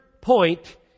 point